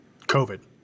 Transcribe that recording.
COVID